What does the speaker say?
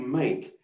make